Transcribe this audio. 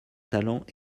talent